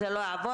זה לא יעבור.